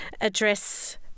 address